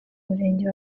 murenge